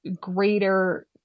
greater